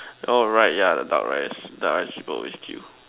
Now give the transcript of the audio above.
alright yeah the duck rice the duck rice always queue